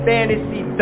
Fantasy